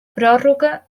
pròrroga